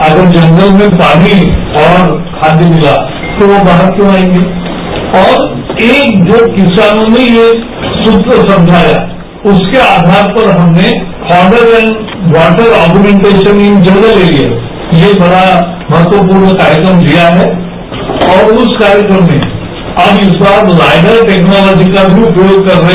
अगर जंगल में पानी और खाद्य मिला तो वो बाहर क्यों आएंगे और एक जो किसानों ने ये सुत्र समझाया उसके आयार पर हमने fodder and water augmentation in जनरत एरियाज ये बड़ा महत्वपूर्ण कार्यक्रम किया है और उस कार्यक्रम में अब इस बार लाइडर टेक्नॉतोजी का भी उपयोग कर रहे हैं